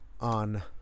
on